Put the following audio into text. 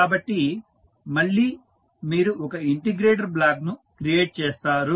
కాబట్టి మళ్ళీ మీరు ఒక ఇంటిగ్రేటర్ బ్లాక్ను క్రియేట్ చేస్తారు